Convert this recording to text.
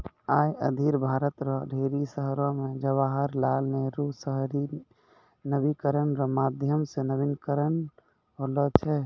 आय धरि भारत रो ढेरी शहरो मे जवाहर लाल नेहरू शहरी नवीनीकरण रो माध्यम से नवीनीकरण होलौ छै